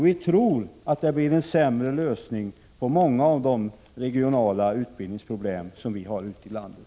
Vi tror att det skulle leda till sämre lösningar av många av de regionala utbildningsproblem som vi har ute i landet.